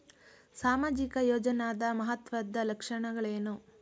ಸಾಮಾಜಿಕ ಯೋಜನಾದ ಮಹತ್ವದ್ದ ಲಕ್ಷಣಗಳೇನು?